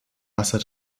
wasser